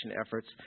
efforts